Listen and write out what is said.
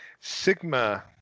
Sigma